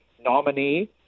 nominee